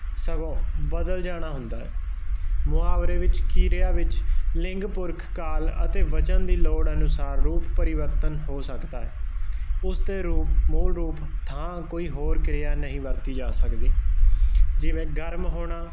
ਸਗੋਂ ਬਦਲ ਜਾਣਾ ਹੁੰਦਾ ਮੁਹਾਵਰੇ ਵਿੱਚ ਕਿਰਿਆ ਵਿੱਚ ਲਿੰਗ ਪੁਰਖ ਕਾਲ ਅਤੇ ਵਚਨ ਦੀ ਲੋੜ ਅਨੁਸਾਰ ਰੂਪ ਪਰਿਵਰਤਨ ਹੋ ਸਕਦਾ ਉਸ ਦੇ ਰੂਪ ਮੋਲ ਰੂਪ ਥਾਂ ਕੋਈ ਹੋਰ ਕਿਰਿਆ ਨਹੀਂ ਵਰਤੀ ਜਾ ਸਕਦੀ ਜਿਵੇਂ ਗਰਮ ਹੋਣਾ